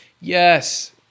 Yes